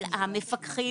אבל המפקחים,